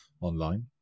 online